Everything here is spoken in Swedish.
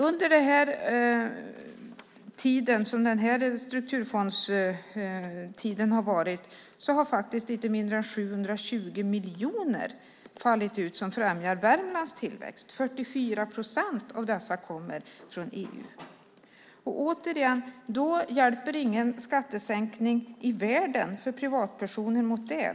Under denna strukturfondstid har inte mindre än 720 miljoner fallit ut som främjar Värmlands tillväxt. 44 procent av dessa kommer från EU. Återigen hjälper ingen skattesänkning i världen för privatpersoner mot det.